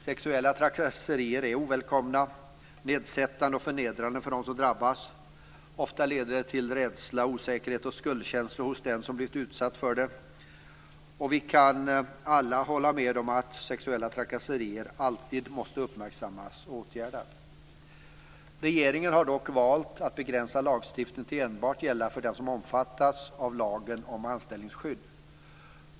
Sexuella trakasserier är ovälkomna, nedsättande och förnedrande för dem som drabbas. Ofta leder de till rädsla, osäkerhet och skuldkänslor hos den som har blivit utsatt för dem. Vi kan alla hålla med om att sexuella trakasserier alltid måste uppmärksammas och åtgärdas. Regeringen har dock valt att begränsa lagstiftningen till att enbart gälla dem som omfattas av lagen om anställningsskydd.